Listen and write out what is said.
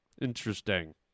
Interesting